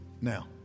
Now